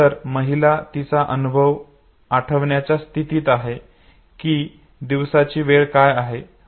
तर महिला तिचा अनुभव आठवण्याच्या स्थितीत आहे की दिवसाची वेळ काय होती